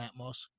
Atmos